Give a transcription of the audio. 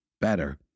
Better